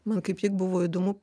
man kaip tik buvo įdomu